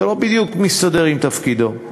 זה לא בדיוק מסתדר עם תפקידו.